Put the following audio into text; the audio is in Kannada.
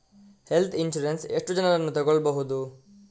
ಹೆಲ್ತ್ ಇನ್ಸೂರೆನ್ಸ್ ಎಷ್ಟು ಜನರನ್ನು ತಗೊಳ್ಬಹುದು?